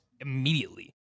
immediately